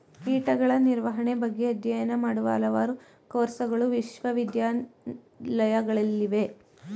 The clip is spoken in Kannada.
ಕೀಟಗಳ ನಿರ್ವಹಣೆ ಬಗ್ಗೆ ಅಧ್ಯಯನ ಮಾಡುವ ಹಲವಾರು ಕೋರ್ಸಗಳು ವಿಶ್ವವಿದ್ಯಾಲಯಗಳಲ್ಲಿವೆ